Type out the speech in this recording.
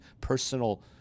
personal